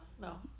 No